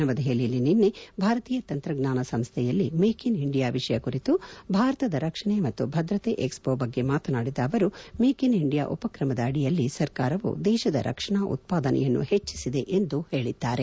ನವದೆಹಲಿಯಲ್ಲಿ ನಿನ್ನೆ ಭಾರತೀಯ ತಂತ್ರಜ್ಞಾನ ಸಂಸ್ದೆಯಲ್ಲಿ ಮೇಕ್ ಇನ್ ಇಂಡಿಯಾ ವಿಷಯ ಕುರಿತು ಭಾರತದ ರಕ್ಷಣೆ ಮತ್ತು ಭದ್ರತೆ ಎಕ್ಸ್ ಪೊ ಬಗ್ಗೆ ಮಾತನಾಡಿದ ಅವರು ಮೇಕ್ ಇನ್ ಇಂಡಿಯಾ ಉಪಕ್ರಮದಡಿಯಲ್ಲಿ ಸರ್ಕಾರವು ದೇಶದ ರಕ್ಷಣಾ ಉತ್ಪಾದನೆಯನ್ನು ಹೆಚ್ಚಿಸಿದೆ ಎಂದು ಹೇಳಿದ್ದಾರೆ